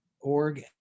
org